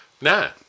now